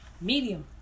Medium